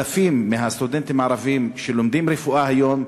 אלפים מהסטודנטים הערבים שלומדים רפואה היום,